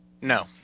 No